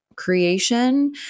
creation